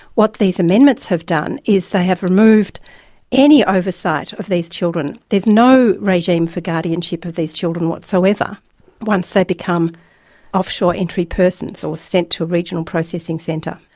what these amendments have done is they have removed any oversight of these children there's no regime for guardianship of these children whatsoever once they become offshore entry persons, or sent to a regional processing centre,